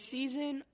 Season